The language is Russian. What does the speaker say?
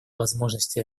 возможности